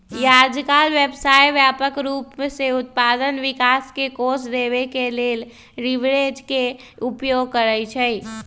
याजकाल व्यवसाय व्यापक रूप से अप्पन विकास के कोष देबे के लेल लिवरेज के उपयोग करइ छइ